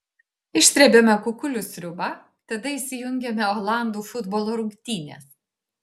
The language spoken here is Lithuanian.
išsrebiame kukulių sriubą tada įsijungiame olandų futbolo rungtynes